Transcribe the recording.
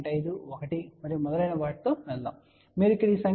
5 1 మరియు మొదలైన వాటితో వెళ్తాము మరియు మీరు ఇక్కడ ఈ సంఖ్యను 0